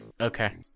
Okay